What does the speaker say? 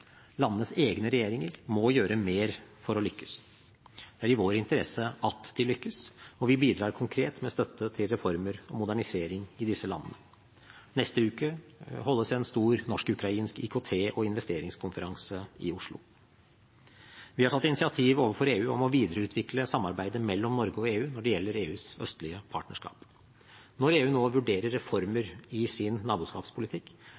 egne regjeringer må gjøre mer for å lykkes. Det er i vår interesse at de lykkes, og vi bidrar konkret med støtte til reformer og modernisering i disse landene. Neste uke holdes en stor norsk-ukrainsk IKT- og investeringskonferanse i Oslo. Vi har tatt initiativ overfor EU om å videreutvikle samarbeidet mellom Norge og EU når det gjelder EUs østlige partnerskap. Når EU nå vurderer reformer i sin naboskapspolitikk,